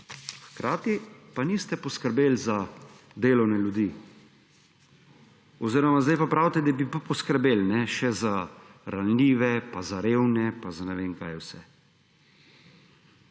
hkrati pa niste poskrbeli za delovne ljudi oziroma zdaj pa pravite, da bi poskrbeli še za ranljive in za revne in za ne vem kaj vse.